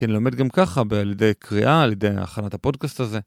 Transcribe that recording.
כן, לומד גם ככה, על ידי קריאה, על ידי הכנת הפודקאסט הזה.